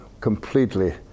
completely